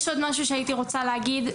עוד משהו שאני רוצה להגיד,